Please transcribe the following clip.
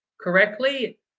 correctly